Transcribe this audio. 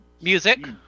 music